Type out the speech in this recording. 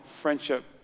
friendship